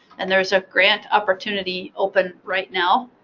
and there is a grant opportunity open right now